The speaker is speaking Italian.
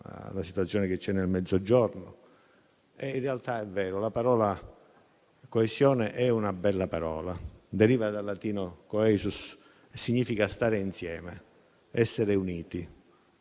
alla situazione che c'è nel Mezzogiorno. In realtà è vero: la parola coesione è bella; deriva dal latino *coesus* e significa stare insieme, essere uniti.